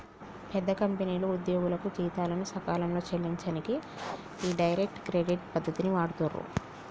పెద్ద కంపెనీలు ఉద్యోగులకు జీతాలను సకాలంలో చెల్లించనీకి ఈ డైరెక్ట్ క్రెడిట్ పద్ధతిని వాడుతుర్రు